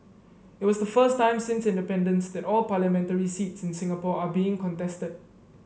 it was the first time since independence that all parliamentary seats in Singapore are being contested